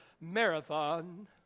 marathon